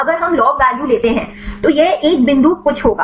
अगर हम log value लेते हैं तो यह एक बिंदु कुछ होगा